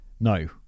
No